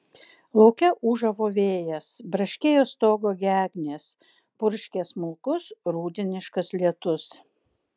lauke ūžavo vėjas braškėjo stogo gegnės purškė smulkus rudeniškas lietus